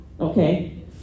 okay